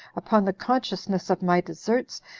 upon the consciousness of my deserts,